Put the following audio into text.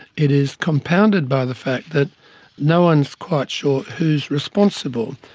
it is compounded by the fact that no one is quite sure who is responsible.